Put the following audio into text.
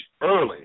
early